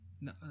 No